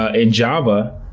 ah in java,